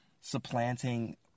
Supplanting